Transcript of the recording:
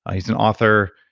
ah he's an author.